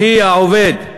אחי העובד,